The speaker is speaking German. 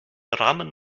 rammen